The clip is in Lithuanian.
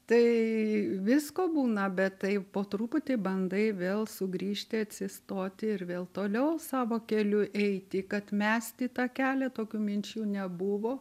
tai visko būna bet taip po truputį bandai vėl sugrįžti atsistoti ir vėl toliau savo keliu eiti kad mesti tą kelią tokių minčių nebuvo